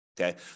Okay